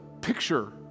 picture